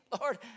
Lord